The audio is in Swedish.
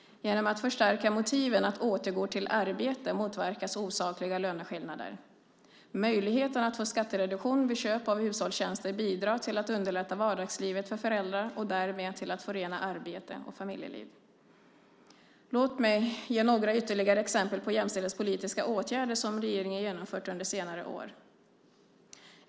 Genom att förstärka motiven att återgå till arbete motverkas osakliga löneskillnader. Möjligheten att få skattereduktion vid köp av hushållstjänster bidrar till att underlätta vardagslivet för föräldrar och därmed till att förena arbete och familjeliv. Låt mig ge några ytterligare exempel på jämställdhetspolitiska åtgärder som regeringen har genomfört under senare år.